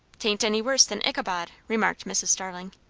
tain't any worse than ichabod, remarked mrs. starling.